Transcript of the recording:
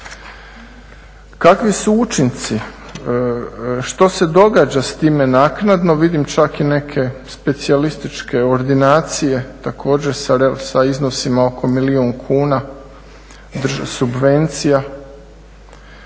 Kakvi su učinci, što se događa s time naknadno? Vidim čak i neke specijalističke ordinacije također sa iznosima oko milijun kuna državnih subvencija.